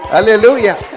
Hallelujah